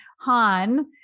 Han